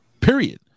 Period